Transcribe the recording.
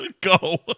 go